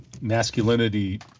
masculinity